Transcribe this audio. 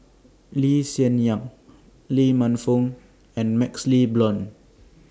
Lee Hsien Yang Lee Man Fong and MaxLe Blond